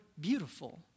beautiful